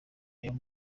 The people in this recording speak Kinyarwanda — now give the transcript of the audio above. ayo